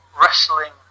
wrestling